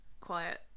quiet